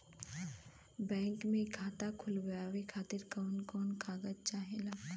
Bank मे खाता खोलवावे खातिर कवन कवन कागज चाहेला?